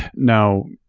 now,